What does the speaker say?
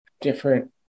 different